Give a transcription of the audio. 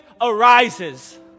arises